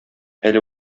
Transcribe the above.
әле